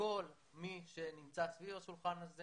שכל מי שנמצא סביב השולחן הזה